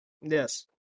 yes